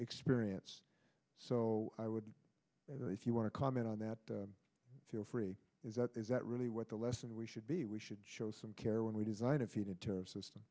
experience so i would if you want to comment on that feel free is that is that really what the lesson we should be we should show some care when we design a feat in terms of some